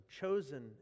chosen